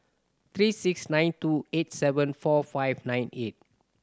three six nine two eight seven four five nine eight